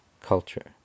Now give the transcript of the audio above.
culture